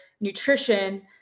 nutrition